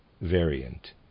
variant